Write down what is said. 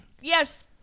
yes